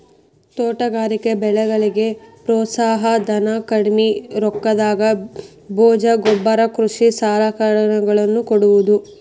ತೋಟಗಾರಿಕೆ ಬೆಳೆಗಳಿಗೆ ಪ್ರೋತ್ಸಾಹ ಧನ, ಕಡ್ಮಿ ರೊಕ್ಕದಾಗ ಬೇಜ ಗೊಬ್ಬರ ಕೃಷಿ ಸಲಕರಣೆಗಳ ನ್ನು ಕೊಡುವುದು